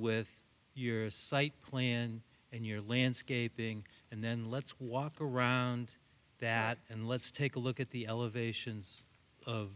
with your plan and your landscaping and then let's walk around that and let's take a look at the elevations of